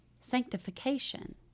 sanctification